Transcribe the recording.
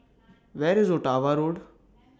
Where IS Ottawa Road